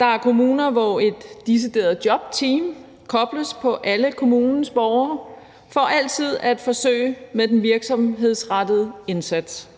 Der er kommuner, hvor et decideret jobteam kobles på alle kommunens borgere for altid at forsøge sig med den virksomhedsrettede indsats.